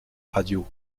radio